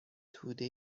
توده